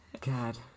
God